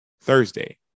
Thursday